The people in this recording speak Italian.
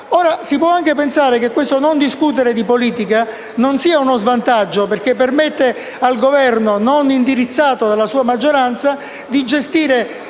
Si può anche pensare che il non discutere di politica non sia uno svantaggio, perché permette al Governo, non indirizzato dalla sua maggioranza, di gestire